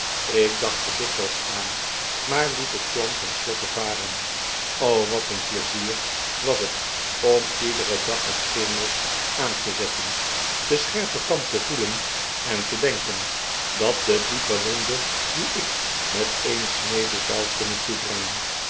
ik dacht er dikwijls aan maar liet het plan ten slotte varen o wat een plezier was het om iederen dag het scheermes aan te zetten den scherpe'n kant te voelen en te denken aan de diepe wonde die ik met een snede zou kunnen toebrengenl